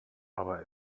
aber